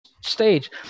stage